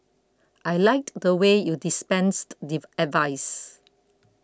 I liked the way you dispensed advice